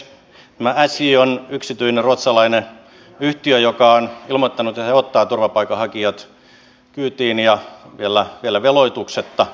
tämä sj on yksityinen ruotsalainen yhtiö joka on ilmoittanut että he ottavat turvapaikanhakijat kyytiin ja vielä veloituksetta